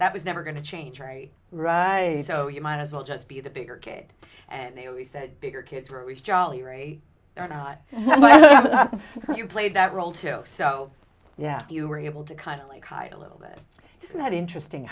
that was never going to change very right so you might as well just be the bigger cade and they always said bigger kids were always jolly ray you played that role too so yeah you were able to kind of like hi a little bit isn't that interesting